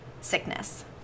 sickness